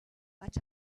but